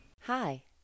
Hi